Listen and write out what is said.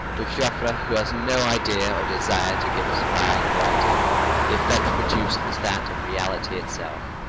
with joffre who has no idea or desire to give us fine writing the effect produced is that of reality itself.